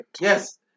Yes